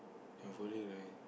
hopefully right